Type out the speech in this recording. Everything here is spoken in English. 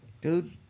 Dude